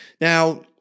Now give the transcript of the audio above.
Now